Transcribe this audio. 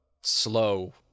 slow